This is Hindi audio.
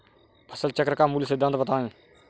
फसल चक्र का मूल सिद्धांत बताएँ?